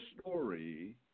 story